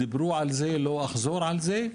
דיברו על זה לא אחזור על זה,